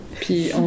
Puis